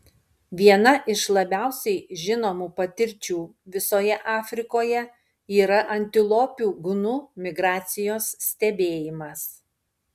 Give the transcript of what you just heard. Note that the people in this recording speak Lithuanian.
viena iš labiausiai žinomų patirčių visoje afrikoje yra antilopių gnu migracijos stebėjimas